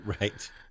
right